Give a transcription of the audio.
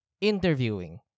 interviewing